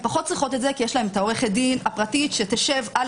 הן פחות צריכות את זה כי יש להם עורכת הדין הפרטית שתשב על